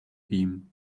beam